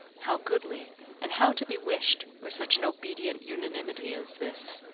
how goodly and how to be wished were such an obedient unanimity as this,